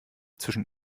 zwischen